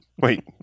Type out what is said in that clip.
Wait